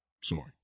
Sorry